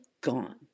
gone